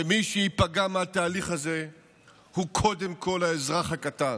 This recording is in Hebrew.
ומי שייפגע מהתהליך הזה הוא קודם כול האזרח הקטן,